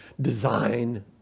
design